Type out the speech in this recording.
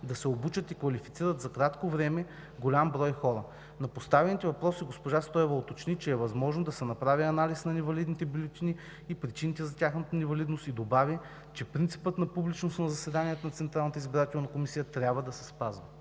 да се обучат и квалифицират за кратко време голям брой хора. На поставените въпроси госпожа Стоева уточни, че е възможно да се направи анализ на невалидните бюлетини и причините за тяхната невалидност и добави, че принципът на публичност на заседанията на Централната